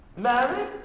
Married